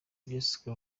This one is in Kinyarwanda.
jessica